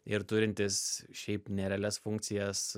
ir turintis šiaip nerealias funkcijas